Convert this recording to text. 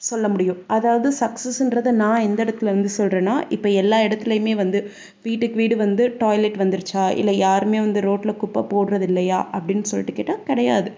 சொல்ல முடியும் அதாவது சக்ஸஸுன்றதை நான் எந்த இடத்துலேருந்து சொல்கிறேன்னா இப்போ எல்லா இடத்துலையுமே வந்து வீட்டுக்கு வீடு வந்து டாய்லெட் வந்துடுச்சா இல்லை யாருமே வந்து ரோட்டில் குப்பை போடுறது இல்லையா அப்படின்னு சொல்லிவிட்டு கேட்டால் கிடையாது